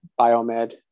biomed